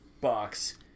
box